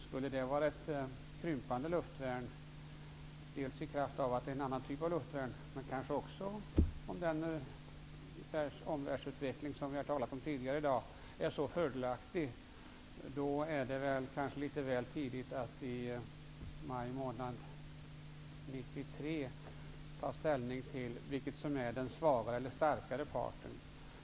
Skulle det vara ett krympande luftvärn, dels i kraft av att det är en annan typ av luftvärn, dels på grund av att den omvärldsutveckling som vi har talat om tidigare i dag är fördelaktig, är det kanske litet väl tidigt att i maj månad 1993 ta ställning till vilken som är den svagare eller starkare parten.